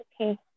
Okay